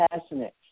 passionate